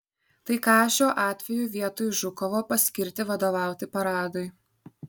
tai ką šiuo atveju vietoj žukovo paskirti vadovauti paradui